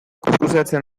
kuxkuxeatzen